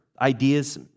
ideas